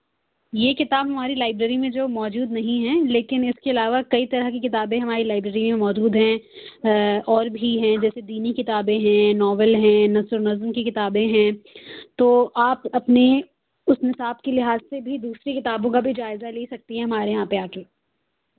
یہ کتاب ہماری لائبریری میں جو ہے موجود نہیں ہے لیکن اِس کے علاوہ کئی طرح کی کتابیں ہماری لائبریری میں موجود ہیں اور بھی ہیں جیسے دینی کتابیں ہیں ناول ہیں نثر و نظم کی کتابیں ہیں تو آپ اپنے اُس نصاب کے لحاظ سے بھی دوسری کتابوں کا بھی جائزہ لے سکتی ہیں ہمارے یہاں پہ آکے